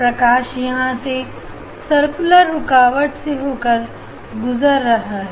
प्रकाश यहां से सर्कुलर रुकावट से होकर गुजर रहा है